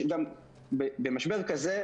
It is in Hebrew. במשבר כזה,